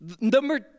number